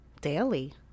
daily